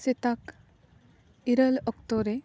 ᱥᱮᱛᱟᱜ ᱤᱨᱟᱹᱞ ᱚᱠᱛᱚ ᱨᱮ